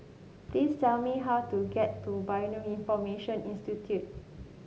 please tell me how to get to Bioinformatics Institute